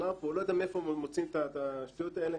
נאמר פה, לא יודע מאיפה מוציאים את השטויות האלה.